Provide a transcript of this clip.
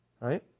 Right